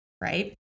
Right